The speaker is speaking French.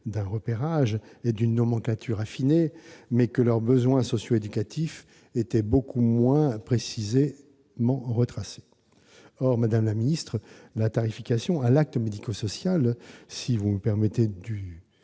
d'un repérage et d'une nomenclature affinée, mais que leurs besoins socio-éducatifs beaucoup moins précisément retracés. Or, madame la secrétaire d'État, la tarification à l'acte médico-social- si vous me permettez